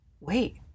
wait